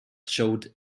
showed